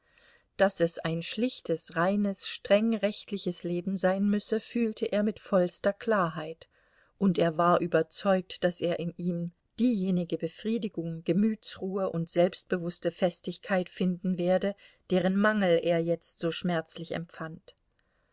daß es ein schlichtes reines streng rechtliches leben sein müsse fühlte er mit vollster klarheit und er war überzeugt daß er in ihm diejenige befriedigung gemütsruhe und selbstbewußte festigkeit finden werde deren mangel er jetzt so schmerzlich empfand